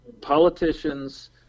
Politicians